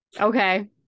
Okay